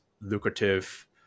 lucrative